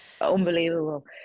unbelievable